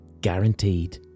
guaranteed